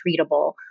treatable